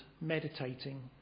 meditating